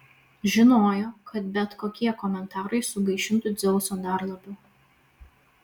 žinojo kad bet kokie komentarai sugaišintų dzeusą dar labiau